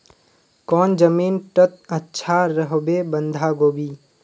कौन जमीन टत अच्छा रोहबे बंधाकोबी?